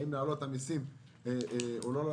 האם להעלות את המיסים או לא?